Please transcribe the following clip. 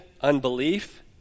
unbelief